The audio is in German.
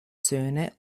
söhne